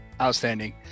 outstanding